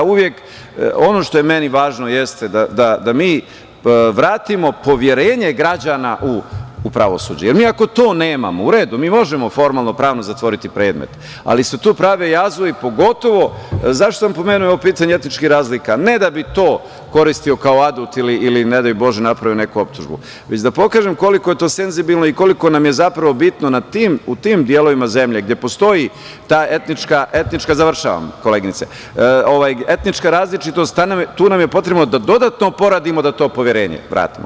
Ono što je meni važno je da mi vratimo poverenje građana u pravosuđe, jer mi ako to nemamo u redu, mi možemo formalno pravno zatvoriti predmet, ali se tu prave jazovi, pogotovo, zašto sam pomenuo ovo pitanje etničkih razlika, ne da bi to koristio kao adut ili ne daj Bože napravio neku optužbu već da pokažem koliko je to senzibilno i koliko nam je zapravo bitno u tim delovima zemlje, gde postoji ta etnička, završavam koleginice, različitost tu nam je potrebno da dodatno poradimo da to poverenje vratimo.